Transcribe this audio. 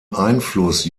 einfluss